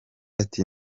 ati